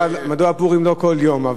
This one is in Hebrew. מדוע פורים לא כל יום?